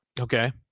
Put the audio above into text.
okay